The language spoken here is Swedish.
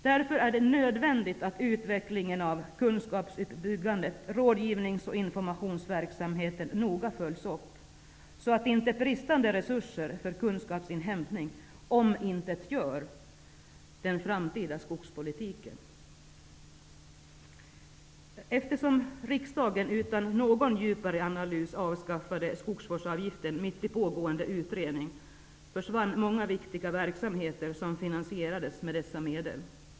Det är därför nödvändigt att utvecklingen av kunskapsuppbyggandet och rådgivnings och informationsverksamheten noga följs upp, så att inte bristande resurser för kunskapsinhämtning omintetgör den framtida skogspolitiken. Eftersom riksdagen utan någon djupare analys avskaffade skogsvårdsavgiften mitt i pågående utredning försvann många viktiga verksamheter som finansierades med dessa medel.